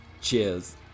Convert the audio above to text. Cheers